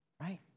right